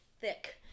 thick